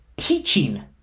teaching